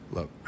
Look